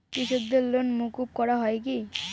কৃষকদের লোন মুকুব করা হয় কি?